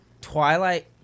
Twilight